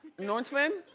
nortwan,